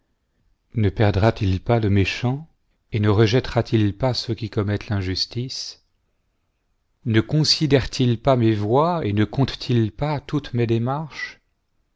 ne perd pas le méchant et ne rejettera-t-il pas ceux qui commettent l'injustice ne considère-t-il pas mes voies et ne compte-t-ilpas toutes mes démarches